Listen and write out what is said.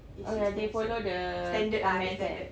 oh ya they follow the standards eh